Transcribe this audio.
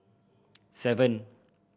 seven